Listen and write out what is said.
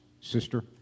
sister